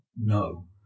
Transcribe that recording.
No